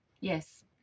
Yes